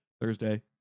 thursday